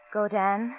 Godan